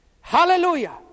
Hallelujah